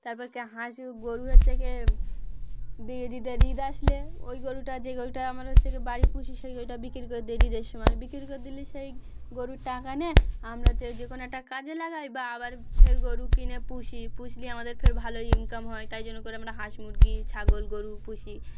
তারপর কি হাঁস গরু হচ্ছে ক আসলে ওই গরুটা যে গরুটা আমরা হচ্ছে বাড়ি পুষি সেই গরুটা বিক্রি করে দিয়ে সময় বিক্রি করে দিলে সেই গরুর টাকা নিয়ে আমরা চাই যে কোনো একটা কাজে লাগাই বা আবার ফের গরু কিনে পুষি পুষলে আমাদের ফের ভালো ইনকাম হয় তাই জন্য করে আমরা হাঁস মুরগি ছাগল গরু পুষি